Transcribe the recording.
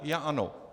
Já ano.